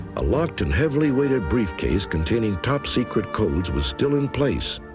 a locked and heavily weighted briefcase containing top secret codes was still in place.